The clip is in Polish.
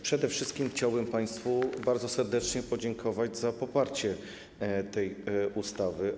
Przede wszystkim chciałbym państwu bardzo serdecznie podziękować za poparcie tej ustawy.